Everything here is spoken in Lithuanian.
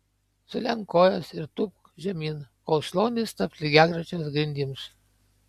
sulenk kojas ir tūpk žemyn kol šlaunys taps lygiagrečios grindims